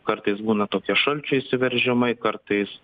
kartais būna tokie šalčio įsiveržimai kartais